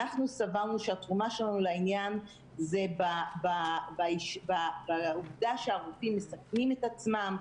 אנחנו סברנו שהתרומה שלנו לעניין זה בעובדה שהרופאים מסכנים את עצמם,